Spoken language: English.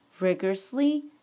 rigorously